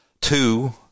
Two